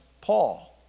Paul